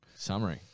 Summary